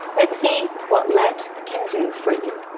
let's see what let can do for you.